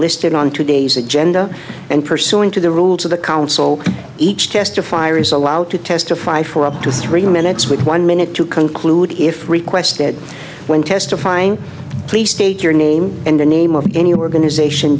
listed on today's agenda and pursuant to the rules of the council each testifier is allowed to testify for up to three minutes with one minute to conclude if requested when testifying please state your name and the name of any organization